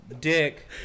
dick